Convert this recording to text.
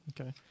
Okay